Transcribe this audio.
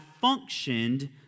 functioned